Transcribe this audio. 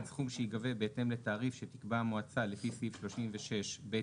סכום שייגבה בהתאם לתעריף שתקבע המועצה לפי סעיף 36(ב2)".